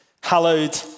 hallowed